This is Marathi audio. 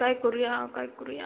काय करूया काय करूया